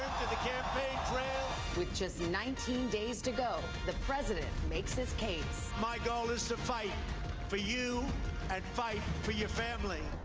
the campaign trail. with just nineteen days to go, the president makes his case. my goal is to fight for you and fight for your family.